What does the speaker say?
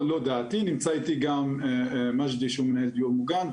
נמצא איתי גם מג'די שהוא מנהל דיור מוגן,